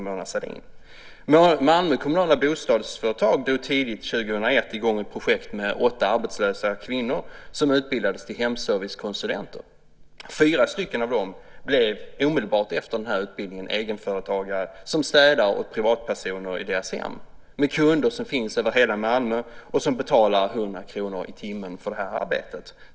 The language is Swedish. Malmö Kommunala Bostadsbolag drog tidigt 2001 i gång ett projekt med åtta arbetslösa kvinnor, som utbildades till hemservicekonsulenter. Fyra av dem blev omedelbart efter utbildningen egenföretagare. De städar åt privatpersoner i deras hem, och kunderna som finns över hela Malmö betalar 100 kr timmen för det arbetet.